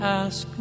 ask